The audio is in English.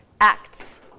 Acts